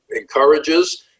encourages